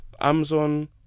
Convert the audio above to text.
Amazon